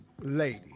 Lady